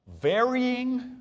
varying